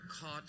caught